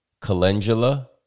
calendula